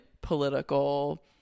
political